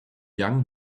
young